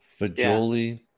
Fajoli